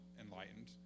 enlightened